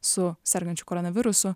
su sergančiu koronavirusu